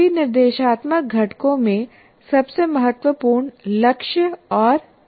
सभी निर्देशात्मक घटकों में सबसे महत्वपूर्ण लक्ष्य और प्रतिक्रिया हैं